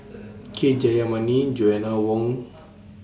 K Jayamani Joanna Wong